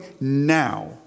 now